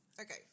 Okay